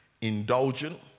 indulgent